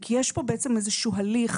כי יש פה בעצם איזשהו הליך